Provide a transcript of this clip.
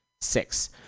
Six